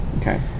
Okay